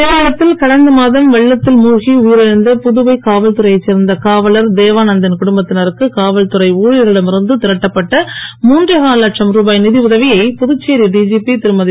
கேரளத்தில் கடந்த மாதம் வெள்ளத்தில் மூழ்கி உயிர் இழந்த புதுவை காவல்துறையைச் சேர்ந்த காவலர் தேவானந்தின் குடும்பத்தினருக்கு காவல்துறை ஊழியர்களிடம் இருந்து திரட்டப்பட்ட மூன்றேகால் லட்சம் ருபாய் நிதி உதவியை புதுச்சேரி டிஜிபி திருமதி